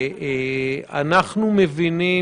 אנחנו מבינים